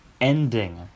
ending